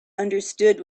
understood